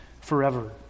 forever